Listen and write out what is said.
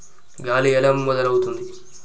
గాలి ఎలా మొదలవుతుంది?